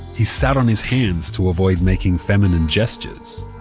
he sat on his hands to avoid making feminine gestures.